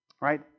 right